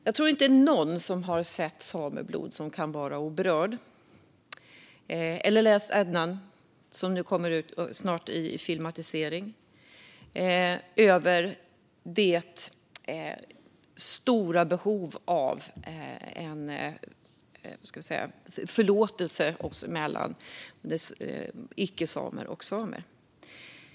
Ingen som har sett Sameblod kan vara oberörd. Detsamma gäller den som läst Ædnan , som nu kommer ut som film. Det finns ett stort behov av förlåtelse mellan icke-samer och samer.